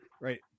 right